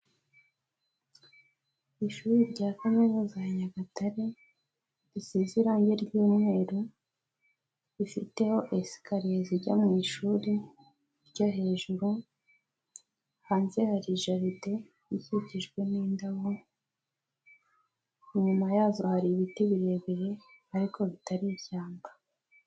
Ishuri rya kaminuza ya Nyagatare risize irangi ry'umweru, rifiteho esikariye zijya mu ishuri ryo hejuru, hanze hari jaride ikikijwe n'indabo, inyuma yazo hari ibiti birebire ariko bitari ishyamba.